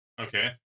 Okay